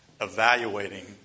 evaluating